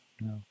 no